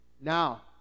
now